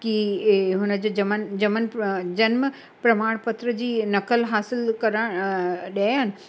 कि हुन जो जमन जमन जन्म प्रमाणपत्र जी नकल हासिल करणु ॾियनि